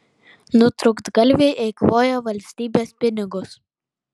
nutrūktgalviai eikvoja valstybės pinigus